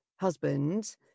husband